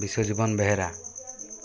Biswajeevan Behera